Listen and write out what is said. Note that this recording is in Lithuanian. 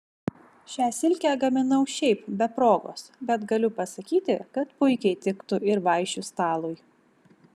šią silkę gaminau šiaip be progos bet galiu pasakyti kad puikiai tiktų ir vaišių stalui